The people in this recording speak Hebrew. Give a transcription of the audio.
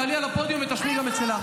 תעלי על הפודיום ותשמיעי גם את שלך.